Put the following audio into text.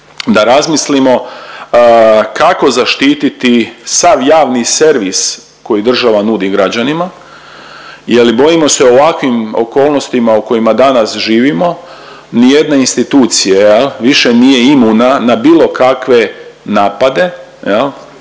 da razmislimo kako zaštititi sav javni servis koji država nudi građanima jel bojimo se u ovakvim okolnostima u kojima danas živimo nijedna institucija jel više nije imuna na bilo kakve napade